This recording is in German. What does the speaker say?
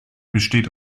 besteht